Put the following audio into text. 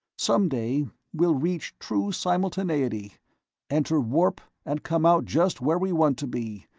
someday we'll reach true simultaneity enter warp, and come out just where we want to be,